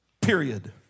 period